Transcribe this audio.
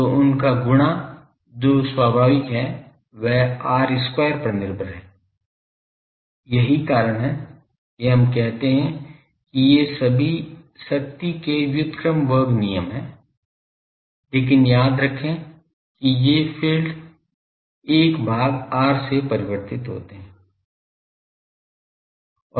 तो उनका गुणा जो स्वाभाविक है वह r square पर निर्भर है यही कारण है कि हम कहते हैं कि ये सभी शक्ति के व्युत्क्रम वर्ग नियम हैं लेकिन याद रखें कि वे फ़ील्ड 1 भाग r से परिवर्तित होते हैं